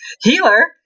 Healer